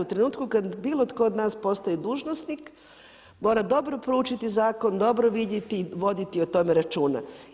U trenutku kad bilo tko od nas postane dužnosnik mora dobro proučiti zakon, dobro vidjeti i voditi o tome računa.